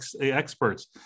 experts